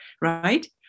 Right